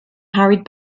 hurried